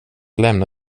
lämna